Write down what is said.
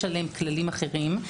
יש עליהם כללים אחרים.